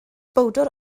bowdr